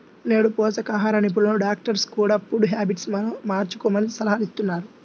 నేడు పోషకాహార నిపుణులు, డాక్టర్స్ కూడ ఫుడ్ హ్యాబిట్స్ ను మార్చుకోమని సలహాలిస్తున్నారు